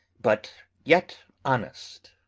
but yet honest.